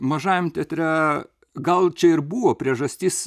mažajam teatre gal čia ir buvo priežastis